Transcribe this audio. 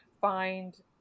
find